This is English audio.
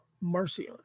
Marcion